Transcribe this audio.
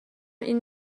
این